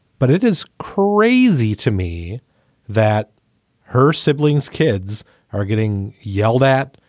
but it is crazy to me that her siblings kids are getting yelled at,